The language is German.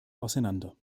auseinander